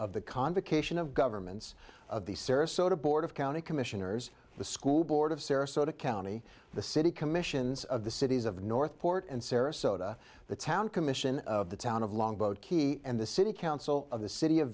of the convocation of governments of the sarasota board of county commissioners the school board of sarasota county the city commissions of the cities of north port and sarasota the town commission of the town of longboat key and the city council of the city of